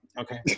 Okay